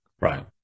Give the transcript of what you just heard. Right